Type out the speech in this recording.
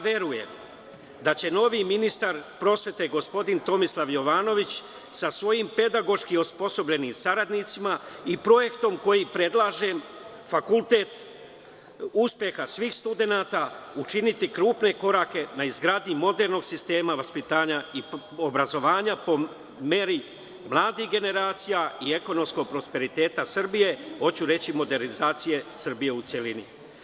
Verujem da će novi ministar prosvete, gospodin Tomislav Jovanović, sa svojim pedagoški osposobljenim saradnicima, i projektom koji predlažem, fakultet uspeha svih studenata učiniti krupne korake na izgradnji moderno sistema vaspitanja i obrazovanja po meri mladih generacija i ekonomskog prosperiteta Srbije, hoću reći modernizacije Srbije u celini.